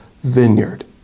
vineyard